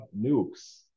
nukes